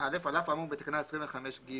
על אף האמור בתקנה 25(ג),